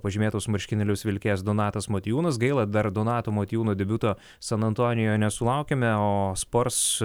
pažymėtus marškinėlius vilkėjęs donatas motiejūnas gaila dar donato motiejūno debiuto san antonijuje nesulaukėme o spurs